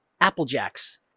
Applejacks